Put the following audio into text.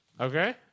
Okay